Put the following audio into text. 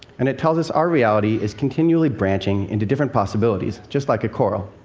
and it tells us our reality is continually branching into different possibilities, just like a coral.